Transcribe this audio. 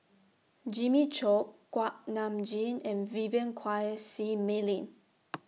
Jimmy Chok Kuak Nam Jin and Vivien Quahe Seah Mei Lin